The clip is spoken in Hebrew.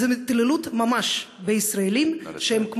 זו התעללות ממש בישראלים שהם,